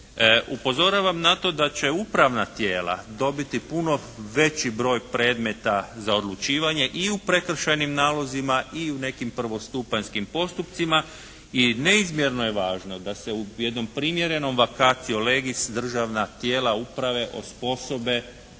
Upozoravam na to da će upravna tijela dobiti puno veći broj predmeta za odlučivanje i u prekršajnim nalozima i u nekim prvostupanjskim postupcima i neizmjerno je važno da se u jednom primjerenom vacatio legis državna tijela uprave, osposobe